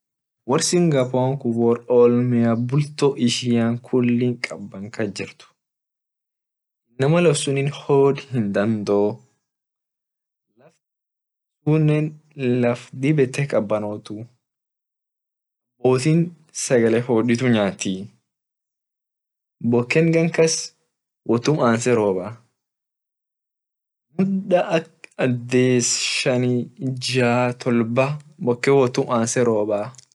Wor singapore wor olmea bulto ishian kulli kaban kasjirt inama lafsunni hod hindadoo laftunne laf dib ete kabanotuu abotin sagale hoditu nyatii boken gan kas wotum anse robaa muda ak ades shani jaa tolba boken wotum anse robaa.